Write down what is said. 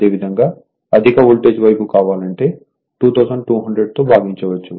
అదేవిధంగా అధిక వోల్టేజ్ వైపు కావాలంటే 2200 తో భాగించవచ్చు